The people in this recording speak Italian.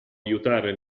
aiutare